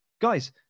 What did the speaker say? guys